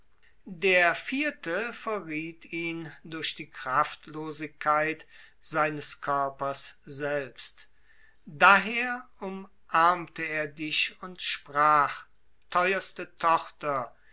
der vierte verrieht ihn durch die kraftlosigkeit seines körpers selbst daher umarmte er dich und sprach theuerste tochter